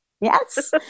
Yes